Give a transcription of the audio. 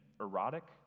erotic